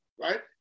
right